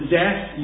death